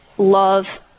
love